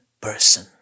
person